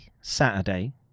Saturday